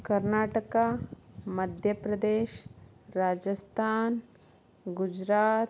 Karnataka Madhya Pradesh Rajasthan Gujarat